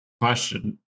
question